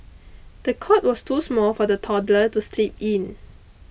the cot was too small for the toddler to sleep in